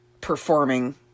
performing